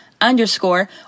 underscore